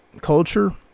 culture